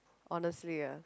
honestly ah